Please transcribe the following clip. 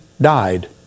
died